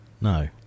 No